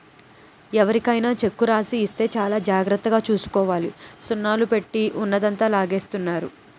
ఎవరికైనా చెక్కు రాసి ఇస్తే చాలా జాగ్రత్తగా చూసుకోవాలి సున్నాలు పెట్టి ఉన్నదంతా లాగేస్తున్నారు